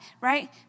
right